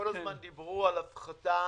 כל הזמן דיברו על הפחתה